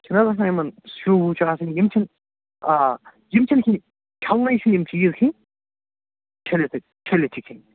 چھُنہٕ حظ آسان یِمن شُہہ وُہ چھُ آسان یِم چھِنہٕ آ یِم چھِنہٕ کھیٚنۍ چھَلنَے چھِنہٕ یِم چیٖز کھیٚنۍ چھٔلِتھٕ چھٔلِتھ چھِ کھیٚنۍ